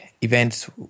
events